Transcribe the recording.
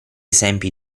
esempi